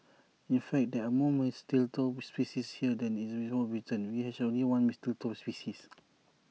in fact there are more mistletoe species here than in the whole of Britain which has only one mistletoe species